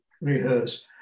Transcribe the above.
rehearse